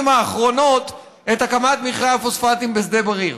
האחרונות את הקמת מכרה הפוספטים בשדה בריר?